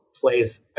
plays